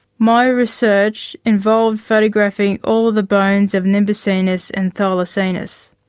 my research involved photographing all of the bones of nimbacinus and thylacinus.